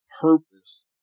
purpose